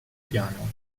piano